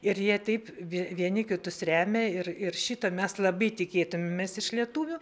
ir jie taip vie vieni kitus remia ir ir šitą mes labai tikėtumėmės iš lietuvių